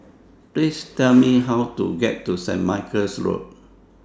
Please Tell Me How to get to St Michael's Road